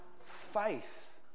faith